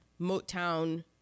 Motown